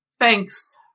Thanks